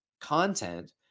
content